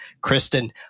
Kristen